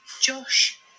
Josh